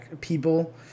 people